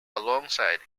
alongside